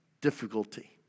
difficulty